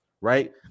right